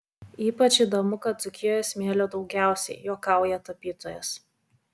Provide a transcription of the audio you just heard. ypač įdomu kad dzūkijoje smėlio daugiausiai juokauja tapytojas